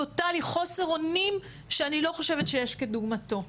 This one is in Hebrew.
טוטלי, חוסר אונים שאני לא חושבת שיש כדוגמתו.